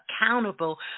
accountable